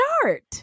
start